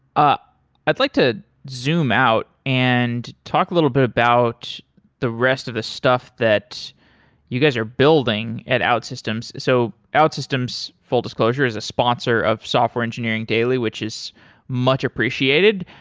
ah i'd like to zoom out and talk a little bit about the rest of the stuff that you guys are building at outsystems. so outsystems, full disclosure, is a sponsor of software engineering daily, which is much appreciated,